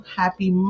happy